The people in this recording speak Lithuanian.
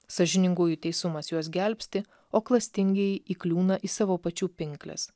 sąžiningųjų teisumas juos gelbsti o klastingieji įkliūna į savo pačių pinkles